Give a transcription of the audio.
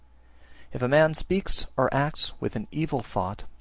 if a man speaks or acts with an evil thought,